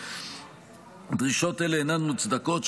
דרישות אלה אינן מוצדקות,